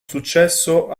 successo